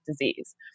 disease